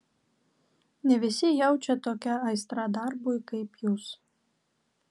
ne visi jaučia tokią aistrą darbui kaip jūs